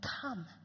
come